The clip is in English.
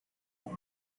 that